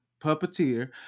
puppeteer